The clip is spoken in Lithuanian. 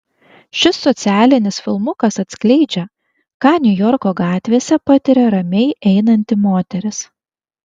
šis socialinis filmukas atskleidžia ką niujorko gatvėse patiria ramiai einanti moteris